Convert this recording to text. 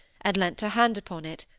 and leant her hand upon it,